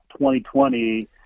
2020